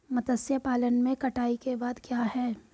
मत्स्य पालन में कटाई के बाद क्या है?